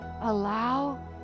allow